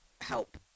help